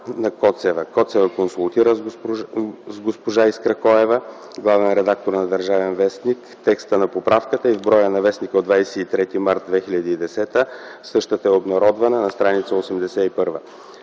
на Коцева. Коцева консултира с госпожа Искра Коева, главен редактор на „Държавен вестник”, текста на поправката и в броя на вестника от 23.03.2010 г. същата е обнародвана на 81 страница.